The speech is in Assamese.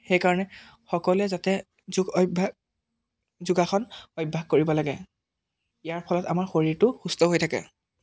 সেইকাৰণে সকলোৱে যাতে যোগ অভ্যাস যোগাসন অভ্যাস কৰিব লাগে ইয়াৰ ফলত আমাৰ শৰীৰটো সুস্থ হৈ থাকে